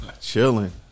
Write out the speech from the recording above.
Chilling